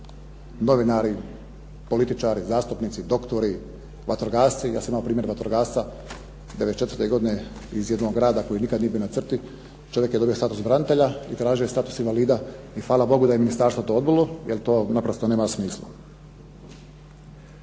novinari, političari, zastupnici, doktori, vatrogasci. Ja sam imao primjer vatrogasca '94. godine iz jednog grada koji nikad nije bio na crti, čovjek je dobio status branitelja i tražio je status invalida i hvala bogu da je ministarstvo to odbilo jer to naprosto nema smisla.